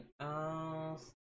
else